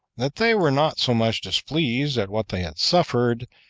that they were not so much displeased at what they had suffered,